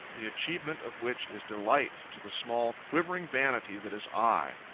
the achievement of which is delight to the small quivering vanity that is i.